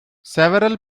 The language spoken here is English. several